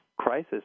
crisis